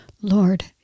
Lord